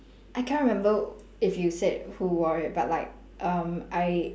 I cannot remember if you said who wore it but like um I